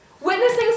Witnessing